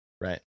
right